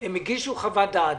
הם הגישו חוות דעת,